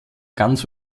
ganz